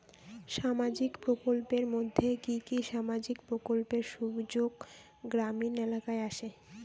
সামাজিক প্রকল্পের মধ্যে কি কি সামাজিক প্রকল্পের সুযোগ গ্রামীণ এলাকায় আসে?